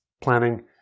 planning